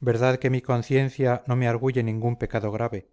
verdad que mi conciencia no me arguye ningún pecado grave